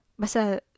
basa